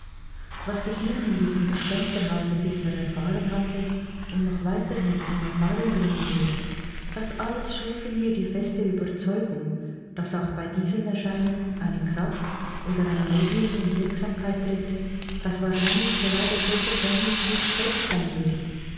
was ich nun in diesem gespensterhause bisher erfahren hatte und noch weiterhin in erfahrung bringen würde das alles schuf in mir die feste überzeugung daß auch bei diesen erscheinungen eine kraft oder ein medium in wirksamkeit trete das wahrscheinlich gerade so vergänglich wie ich selbst sein würde